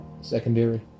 secondary